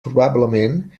probablement